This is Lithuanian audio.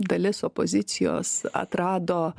dalis opozicijos atrado